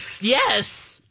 Yes